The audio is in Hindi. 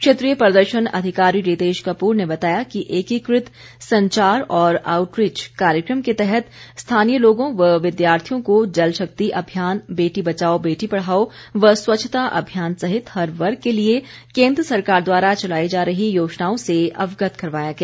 क्षेत्रीय प्रदर्शन अधिकारी रितेश कप्र ने बताया कि एकीकृत संचार और आउटरिच कार्यक्रम के तहत स्थानीय लोगों व विद्यार्थियों को जलशक्ति अभियान बेटी बचाओ बेटी पढ़ाओ व स्वच्छता अभियान सहित हर वर्ग के लिये केन्द्र सरकार द्वारा चलाई जा रही योजनाओं से अवगत करवाया गया